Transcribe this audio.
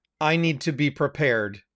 I-need-to-be-prepared